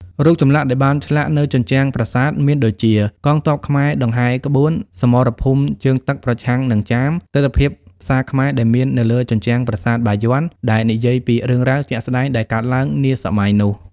រូបចម្លាក់ដែលបានឆ្លាក់នៅជញ្ជ្រាំប្រាសាទមានដូចមាន កងទ័ពខ្មែរដង្ហែក្បួន សមរភូមិជើងទឹកប្រឆាំងនឹងចាម ទិដ្ឋភាពផ្សារខ្មែរដែលមាននៅលើជញ្ជ្រាំងប្រាសាទបាយយ័នដែលនិយាយពីរឿងរ៉ាវជាក់ស្តែងដែលកើតឡើងនាសម័យនោះ។